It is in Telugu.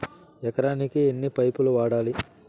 ఎకరాకి ఎన్ని పైపులు వాడాలి?